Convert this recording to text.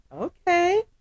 okay